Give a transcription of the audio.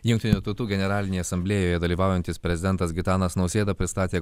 jungtinių tautų generalinėje asamblėjoje dalyvaujantis prezidentas gitanas nausėda pristatė